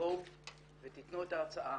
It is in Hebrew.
תבואו ותתנו את ההצעה,